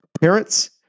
parents